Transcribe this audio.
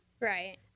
right